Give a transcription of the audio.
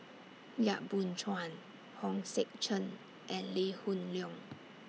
Yap Boon Chuan Hong Sek Chern and Lee Hoon Leong